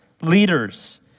leaders